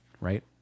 right